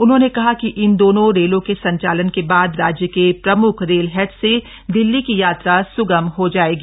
उन्होंने कहा कि इन दोनों रेलों के संचालन के बाद राज्य के प्रम्ख रेल हेड से दिल्ली की यात्रा सुगम हो जायेगी